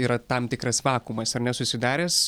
yra tam tikras vakuumas ar ne susidaręs